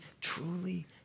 truly